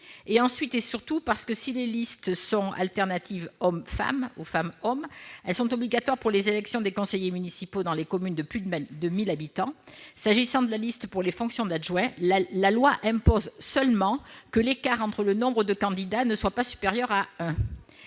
Ensuite, et surtout, si les listes alternatives homme-femme ou femme-homme sont obligatoires pour les élections des conseillers municipaux dans les communes de plus de 1 000 habitants, s'agissant de la liste pour les fonctions d'adjoint, la loi impose seulement que l'écart entre le nombre de candidats ne soit pas supérieur à un.